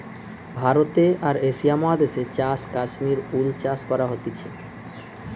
ভারতে আর এশিয়া মহাদেশে চাষ কাশ্মীর উল চাষ করা হতিছে